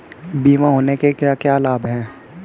बीमा होने के क्या क्या लाभ हैं?